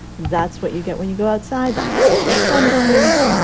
that's what you get when you go outside. that's what gives you sunburns.